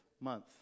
month